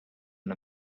and